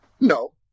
No